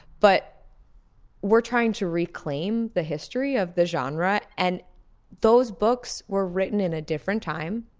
but we're trying to reclaim the history of the genre. and those books were written in a different time,